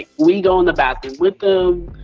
we go in the bathroom with ah